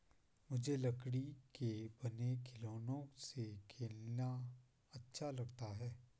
मुझे लकड़ी के बने खिलौनों से खेलना अच्छा लगता है